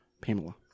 Pamela